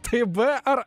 tai b ar